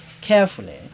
carefully